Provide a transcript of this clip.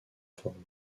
formes